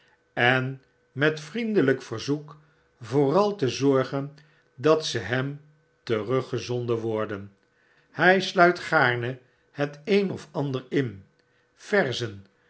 en met vriendelijk verzoek vooral te zorgen dat ze hem teruggezonden worden hij sluit gaarne het een of ander in verzen